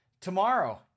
tomorrow